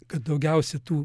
kad daugiausia tų